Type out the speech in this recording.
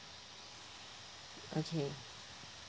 okay